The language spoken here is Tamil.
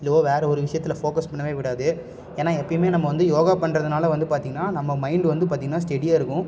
இல்லை வேறு ஒரு விஷயத்துல ஃபோக்கஸ் பண்ணவே விடாது ஏன்னா எப்பையுமே நம்ம வந்து யோகா பண்ணுறதனால வந்து பார்த்திங்கன்னா நம்ம மைண்ட் வந்து பார்த்திங்கன்னா ஸ்டெடியாக இருக்கும்